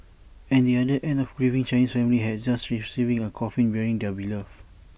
at the other end A grieving Chinese family had just received A coffin bearing their beloved